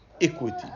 equity